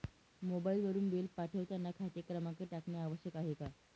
मोबाईलवरून बिल पाठवताना खाते क्रमांक टाकणे आवश्यक आहे का?